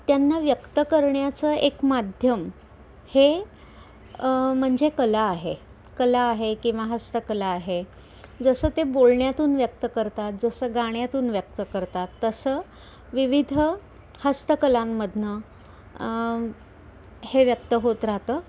त्यांना व्यक्त करण्याचं एक माध्यम हे म्हणजे कला आहे कला आहे किंवा हस्तकला आहे जसं ते बोलण्यातून व्यक्त करतात जसं गाण्यातून व्यक्त करतात तसं विविध हस्तकलांमधनं हे व्यक्त होत राहतं